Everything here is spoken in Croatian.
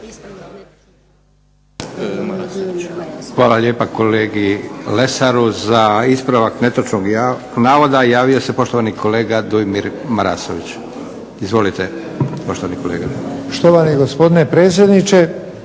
Hvala lijepa kolegi Lesaru. Za ispravak netočnog navoda javio se poštovani kolega Dujomir Marasović. Izvolite poštovani kolega. **Marasović, Dujomir